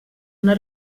una